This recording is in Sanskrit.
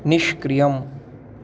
निष्क्रियम्